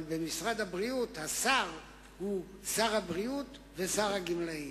אבל במשרד הבריאות השר הוא שר הבריאות ושר הגמלאים.